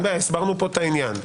אין בעיה, הסברנו פה את העניין.